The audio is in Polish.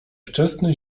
wczesny